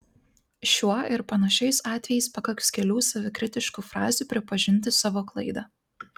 šiuo ir panašiais atvejais pakaks kelių savikritiškų frazių pripažinti savo klaidą